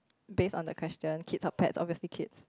based on the question kids or pets obviously kids